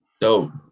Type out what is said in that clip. dope